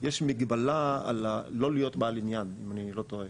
יש מגבלה על לא להיות בעל עניין, אם אני לא טועה,